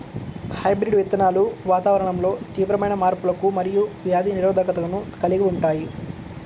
hybrid విత్తనాలు వాతావరణంలో తీవ్రమైన మార్పులకు మరియు వ్యాధి నిరోధకతను కలిగి ఉంటాయి